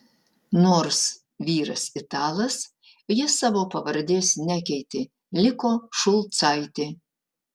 nors vyras italas ji savo pavardės nekeitė liko šulcaitė